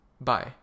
Bye